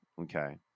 okay